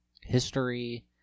history